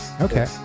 Okay